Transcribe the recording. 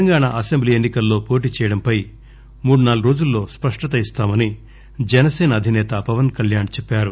Telangana assembly ఎన్ని కల్లో పోటీ చేయడం పై మూడు నాలుగు రోజుల్లో స్పష్టత ఇస్తామని జనసేన అధిసేత పవన్ కళ్యాణ్ చెప్పారు